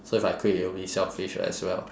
so if I quit it will be selfish as well